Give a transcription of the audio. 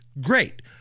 great